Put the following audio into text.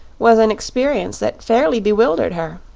was an experience that fairly bewildered her.